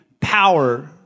power